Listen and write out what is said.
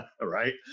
right